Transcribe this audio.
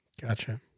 Gotcha